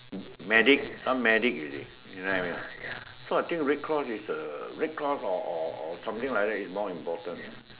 medic medic you see you know what I mean or not so I think red cross is a red cross or or or